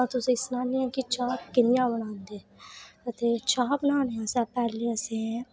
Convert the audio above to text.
अ'ऊं तुसेंई सनान्नी आं की चाह् कि'यां बनांदे अते चाह् बनाने आस्तै पैह्ले असें